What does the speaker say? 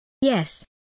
Yes